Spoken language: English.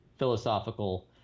philosophical